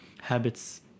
habits